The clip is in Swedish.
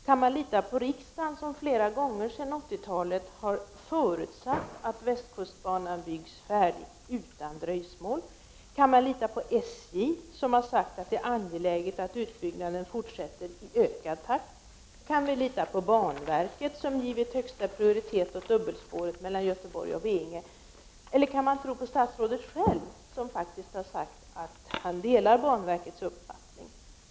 Kan man lita på riksdagen, som flera gånger sedan 1980-talet har förutsatt att västkustbanan byggs färdig utan dröjsmål? Kan man lita på SJ, som har uttalat att det är angeläget att utbyggnaden fortsätter i ökad takt? Kan vi lita på banverket, som givit högsta prioritet åt dubbelspåret mellan Göteborg och Veinge, eller kan man tro på statsrådet självt som faktiskt har sagt att han delar banverkets uppfattning?